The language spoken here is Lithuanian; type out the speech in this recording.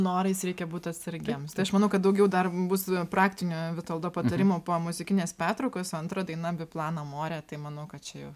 norais reikia būt atsargiems tai aš manau kad daugiau dar bus praktinių vitoldo patarimų po muzikinės pertraukos o antrą daina biplan amorė tai mano kad čia